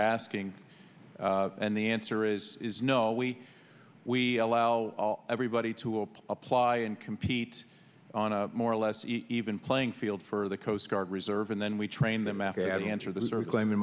asking and the answer is is no we we allow everybody to apply and compete on a more or less even playing field for the coast guard reserve and then we train them after that answer those are claiming